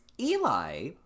Eli